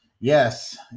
Yes